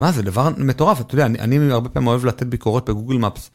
מה זה דבר מטורף, אתה יודע אני הרבה פעמים אוהב לתת ביקורת בגוגל מפס.